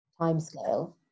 timescale